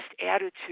attitude